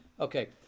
Okay